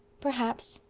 perhaps.